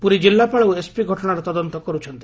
ପୁରୀ ଜିଲ୍ଲାପାଳ ଓ ଏସ୍ପି ଘଟଣାର ତଦନ୍ତ କରୁଛନ୍ତି